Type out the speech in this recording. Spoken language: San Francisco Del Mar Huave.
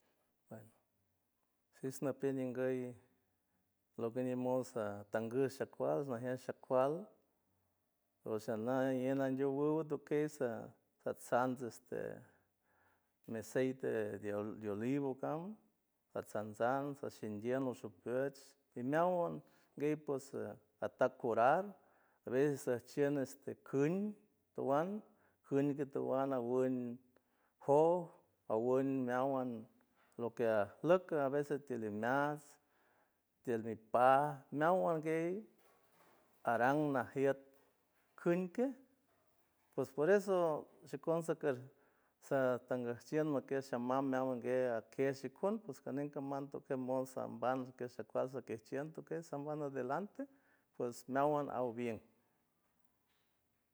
Sij napien ninguy lo que ni mos ta- tangush shakuaj najñe sha kual ps alnej ajñuwuw ajtokey sa satsan este me aceite de olivo cam satsatsam sashindiem oshokuejts y meawan guey ps ata curar a veces schien este kuñ toan juñ a que toan awun joj awun meawan lo que ajlock a veces tiliej meajts tiel mi paj meawan guey arang najiet küñ kej pos por eso shikon shikej satangaj chiend nokesh sha mam meawan guea kej shikon ps canen caman tokemos sambam toke sha kual shakiejche tokej sambam adelante pues meawan aho bien.